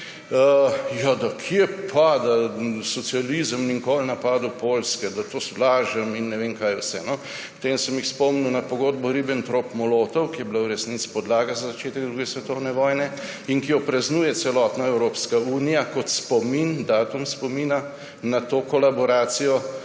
da kje pa, da socializem ni nikoli napadel Poljske, da lažem in ne vem, kaj vse. Potem sem jih spomnil na pogodbo Ribbentrop-Molotov, ki je bila v resnici podlaga za začetek druge svetovne vojne in ki jo praznuje celotna Evropska unija kot spomin, datum spomina na to kolaboracijo